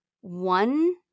one